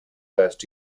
last